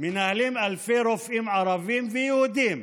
מנהלים אלפי רופאים ערבים ויהודים,